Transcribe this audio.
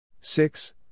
Six